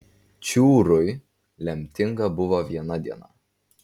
čiūrui lemtinga buvo viena diena